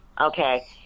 Okay